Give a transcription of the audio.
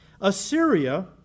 Assyria